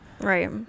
right